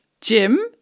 Jim